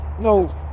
no